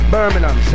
Birmingham